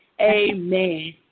Amen